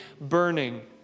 burning